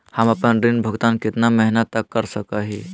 हम आपन ऋण भुगतान कितना महीना तक कर सक ही?